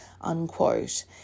unquote